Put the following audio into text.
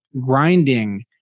grinding